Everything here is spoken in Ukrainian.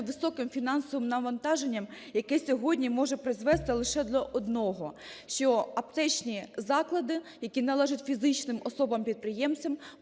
високим фінансовим навантаженням, яке сьогодні може призвести лише до одного: що аптечні заклади, які належать фізичним особам-підприємцям,